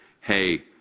hey